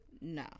No